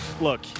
look